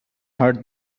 heard